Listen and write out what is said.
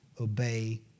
obey